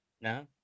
No